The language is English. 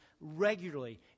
regularly